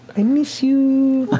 i miss you.